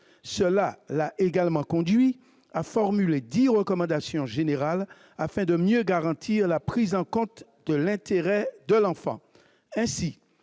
Cela l'a conduit à formuler dix recommandations générales, afin de mieux garantir la prise en compte de l'intérêt de l'enfant.